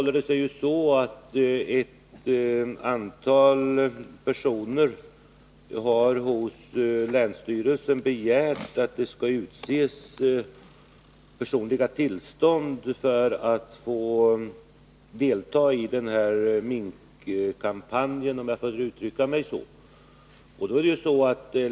Ett antal personer har hos länsstyrelsen begärt att det skall utfärdas personliga tillstånd för dem som vill delta i denna minkkampanj, om jag får uttrycka mig så.